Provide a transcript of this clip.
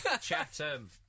Chatham